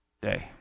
day